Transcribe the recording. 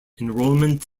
enrolment